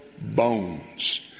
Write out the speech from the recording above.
bones